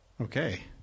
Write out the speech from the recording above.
Okay